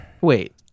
Wait